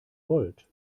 volt